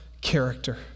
character